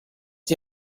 die